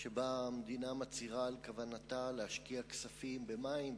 שבה המדינה מצהירה על כוונתה להשקיע כספים במים,